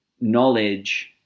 knowledge